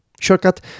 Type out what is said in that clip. shortcut